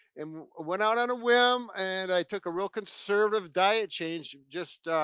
um went out on a whim, and i took a real conservative diet change, just